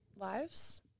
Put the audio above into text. lives